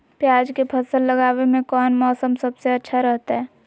प्याज के फसल लगावे में कौन मौसम सबसे अच्छा रहतय?